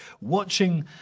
watching